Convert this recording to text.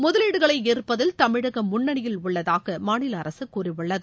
முதலீடுகளை ஈர்ப்பதில் தமிழகம் முன்னணியில் உள்ளதாக மாநில அரசு கூறியுள்ளது